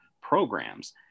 programs